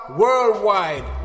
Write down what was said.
worldwide